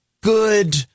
good